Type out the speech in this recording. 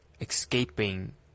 escaping